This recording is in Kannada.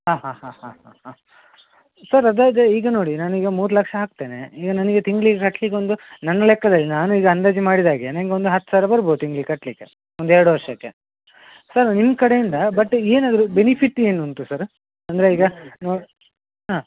ಹಾಂ ಹಾಂ ಹಾಂ ಹಾಂ ಹಾಂ ಹಾಂ ಸರ್ ಅದು ಅದೇ ಈಗ ನೋಡಿ ನಾನು ಈಗ ಮೂರು ಲಕ್ಷ ಹಾಕ್ತೇನೆ ಈಗ ನನಗೆ ತಿಂಗ್ಳಿಗೆ ಕಟ್ಲಿಕ್ಕೆ ಒಂದು ನನ್ನ ಲೆಕ್ಕದಲ್ಲಿ ನಾನು ಈಗ ಅಂದಾಜು ಮಾಡಿದಾಗೆ ನನಗೊಂದು ಹತ್ತು ಸಾವಿರ ಬರ್ಬೋದು ತಿಂಗ್ಳಿಗೆ ಕಟ್ಟಲಿಕ್ಕೆ ಒಂದು ಎರಡು ವರ್ಷಕ್ಕೆ ಸರ್ ನಿಮ್ಮ ಕಡೆಯಿಂದ ಬಟ್ ಏನಾದ್ರೂ ಬೆನಿಫಿಟ್ ಏನು ಉಂಟು ಸರ್ರ ಅಂದರೆ ಈಗ ನೊ ಹಾಂ